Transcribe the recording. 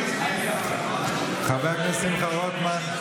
חבר הכנסת שמחה רוטמן,